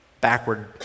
backward